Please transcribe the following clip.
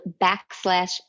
backslash